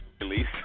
release